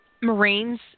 Marines